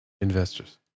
Investors